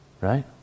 Right